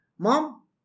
Mom